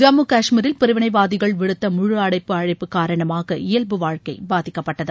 ஜம்மு கஷ்மீரில் பிரிவினைவாதிகள் விடுத்த முழு அடைப்பு அழைப்பு காரணமாக இயல்பு வாழ்க்கை பாதிக்கப்பட்டது